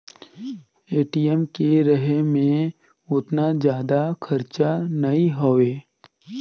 ATM के रहें मे ओतना जादा खरचा नइ होए